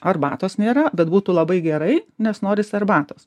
arbatos nėra bet būtų labai gerai nes norisi arbatos